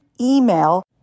email